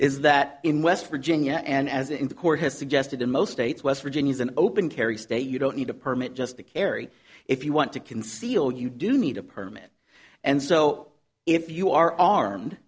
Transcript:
is that in west virginia and as in the court has suggested in most states west virginia is an open carry state you don't need a permit just to carry if you want to conceal you do need a permit and so if you are armed